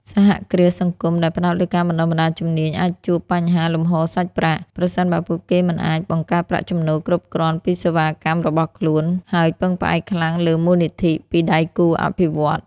សហគ្រាសសង្គមដែលផ្តោតលើការបណ្តុះបណ្តាលជំនាញ អាចជួបបញ្ហាលំហូរសាច់ប្រាក់ ប្រសិនបើពួកគេមិនអាចបង្កើតប្រាក់ចំណូលគ្រប់គ្រាន់ពីសេវាកម្មរបស់ខ្លួន ហើយពឹងផ្អែកខ្លាំងលើមូលនិធិពីដៃគូអភិវឌ្ឍន៍។